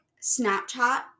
Snapchat